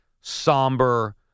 somber